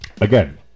Again